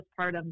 postpartum